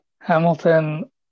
Hamilton